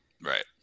Right